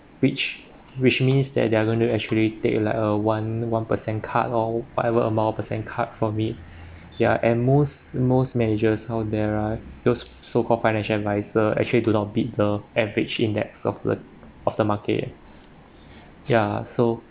which which means that they are going to actually take like uh one one percent cut lor whatever amount percent cut from me yeah and most most managers hired there right those so call financial advisor actually do not beat the average index of the of the market ya so